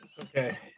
Okay